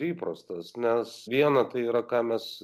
įprastos nes viena tai yra ką mes